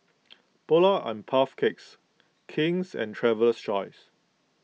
Polar and Puff Cakes King's and Traveler's Choice